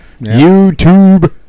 YouTube